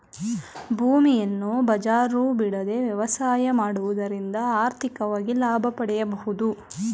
ಭೂಮಿಯನ್ನು ಬಂಜರು ಬಿಡದೆ ವ್ಯವಸಾಯ ಮಾಡುವುದರಿಂದ ಆರ್ಥಿಕವಾಗಿ ಲಾಭ ಪಡೆಯಬೋದು